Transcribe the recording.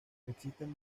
existen